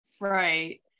Right